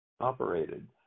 operated